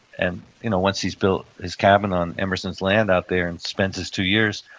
and you know once he's built his cabin on emerson's land out there and spent his two years,